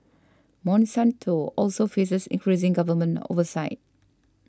Monsanto also faces increasing government oversight